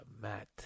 Matt